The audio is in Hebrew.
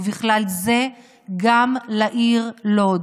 ובכלל זה לעיר לוד.